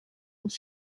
and